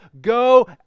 go